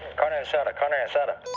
carne asada. carne asada.